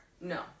No